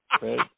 right